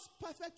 perfect